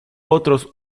otros